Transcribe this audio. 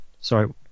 Sorry